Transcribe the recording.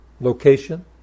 location